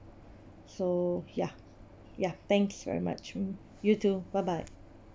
so ya ya thanks very much mm you too bye bye